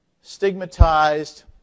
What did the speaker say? stigmatized